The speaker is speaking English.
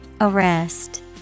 Arrest